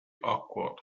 awkward